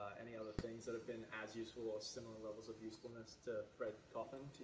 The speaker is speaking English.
any other things that have been as useful or similar levels of usefulness to break often